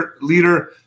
leader